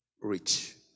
Rich